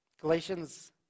Galatians